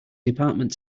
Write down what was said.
department